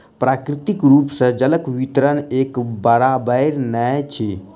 प्राकृतिक रूप सॅ जलक वितरण एक बराबैर नै अछि